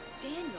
Daniel